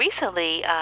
recently